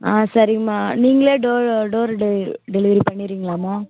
ஆ சரிங்கம்மா நீங்களே door door delivery delivery பண்ணிருவீங்களாம்மா